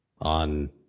on